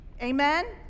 Amen